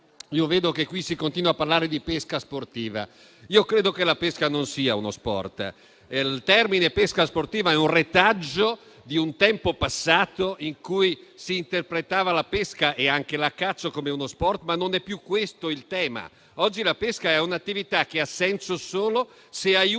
acque interne. Si continua a parlare di pesca sportiva. Non credo che la pesca sia uno sport. Il termine pesca sportiva è un retaggio di un tempo passato in cui si interpretavano la pesca e la caccia come sport. Non è però più questo il tema. Oggi la pesca è un'attività che ha senso solo se aiuta